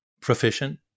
proficient